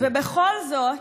ובכל זאת,